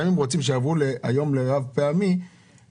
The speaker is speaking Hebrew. אם רוצים שגם הם יעברו לרב-פעמי אז